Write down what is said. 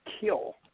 kill